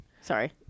sorry